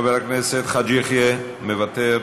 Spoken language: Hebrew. חבר הכנסת חאג' יחיא, מוותר,